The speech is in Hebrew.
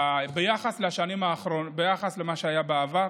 ביחס למה שהיה בעבר,